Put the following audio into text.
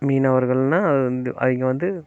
மீனவர்கள்னால் வந்து அவங்க வந்து